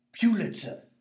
Pulitzer